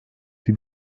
die